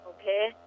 okay